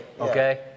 Okay